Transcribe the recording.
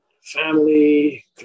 family